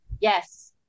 Yes